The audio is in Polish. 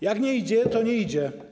Jak nie idzie, to nie idzie.